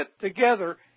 together